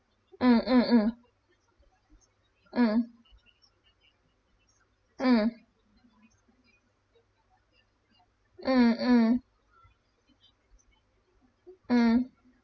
mm mm mm mm mm mm mm mm